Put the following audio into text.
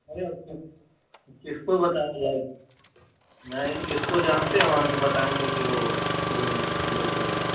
अरे अब किस किसको बताया जाए नहीं किसको जानते वहाँ की बताएँगे की वह वह ले लिए हें वह नहीं